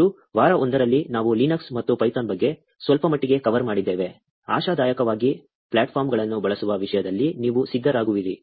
ಮತ್ತು ವಾರ 1 ರಲ್ಲಿ ನಾವು Linux ಮತ್ತು ಪೈಥಾನ್ ಬಗ್ಗೆ ಸ್ವಲ್ಪಮಟ್ಟಿಗೆ ಕವರ್ ಮಾಡಿದ್ದೇವೆ ಆಶಾದಾಯಕವಾಗಿ ಪ್ಲಾಟ್ಫಾರ್ಮ್ಗಳನ್ನು ಬಳಸುವ ವಿಷಯದಲ್ಲಿ ನೀವು ಸಿದ್ಧರಾಗಿರುವಿರಿ